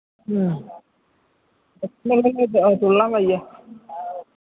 ഉം തുള്ളാന് വയ്യെ